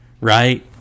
right